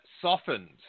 softened